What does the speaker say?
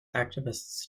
activists